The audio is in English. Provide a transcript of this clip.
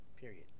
Period